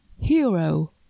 Hero